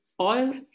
oil